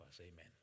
Amen